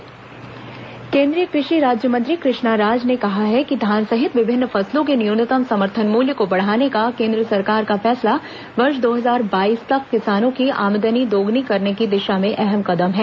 केंद्रीय मंत्री रायप्र केंद्रीय कृषि राज्य मंत्री कृष्णा राज ने कहा है धान सहित विभिन्न फसलों के न्यूनतम समर्थन मूल्य को बढ़ाने का केंद्र सरकार का फैसला वर्ष दो हजार बाईस तक किसानों की आमदनी दोगुनी करने की दिशा में अहम कदम है